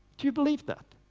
do you believe that?